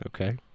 Okay